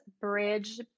bridge